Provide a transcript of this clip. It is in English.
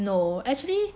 no actually